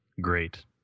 great